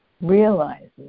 realizes